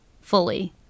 fully